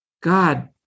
God